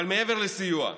אבל מעבר לסיוע,